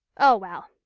oh, well!